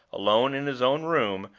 alone in his own room,